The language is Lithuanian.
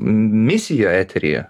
misiją eteryje